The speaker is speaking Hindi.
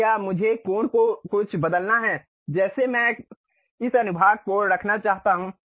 या क्या मुझे कोण को कुछ बदलना है जैसे मैं इस अनुभाग को रखना चाहता हूं